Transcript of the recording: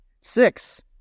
six